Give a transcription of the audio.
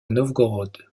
novgorod